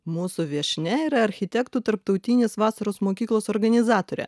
mūsų viešnia yra architektų tarptautinės vasaros mokyklos organizatorė